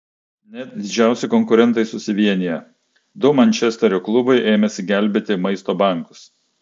net didžiausi konkurentai susivienija du mančesterio klubai ėmėsi gelbėti maisto bankus